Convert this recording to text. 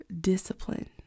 discipline